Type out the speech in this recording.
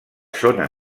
zona